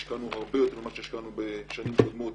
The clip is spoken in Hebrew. השקענו הרבה יותר ממה שהשקענו בשנים הקודמות